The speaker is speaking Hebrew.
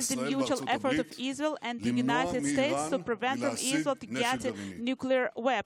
ישראל וארצות הברית למנוע מאיראן להשיג נשק גרעיני.